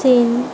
চীন